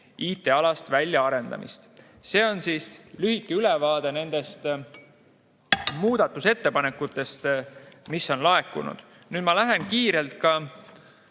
IT-alast väljaarendamist. See oli siis lühike ülevaade nendest muudatusettepanekutest, mis on laekunud. Nüüd ma lähen kiirelt